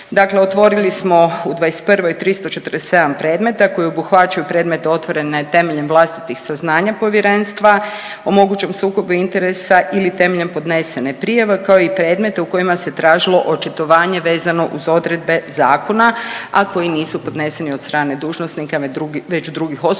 Dakle, otvorili smo u '21. 347 predmeta koji obuhvaćaju predmetne otvorene temeljem vlastitih saznanja povjerenstva o mogućem sukobu interesa ili temeljem podnesene prijave kao i predmete u kojima se tražilo očitovanje vezano uz odredbe zakona, a koji nisu podneseni od strane dužnosnika već drugih osoba,